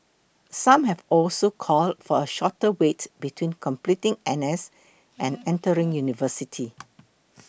some have also called for a shorter wait between completing N S and entering university